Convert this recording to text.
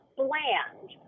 bland